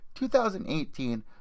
2018